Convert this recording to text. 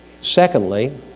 Secondly